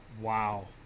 Wow